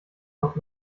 noch